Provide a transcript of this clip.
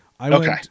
Okay